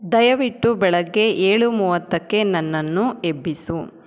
ದಯವಿಟ್ಟು ಬೆಳಗ್ಗೆ ಏಳು ಮೂವತ್ತಕ್ಕೆ ನನ್ನನ್ನು ಎಬ್ಬಿಸು